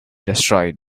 destroyed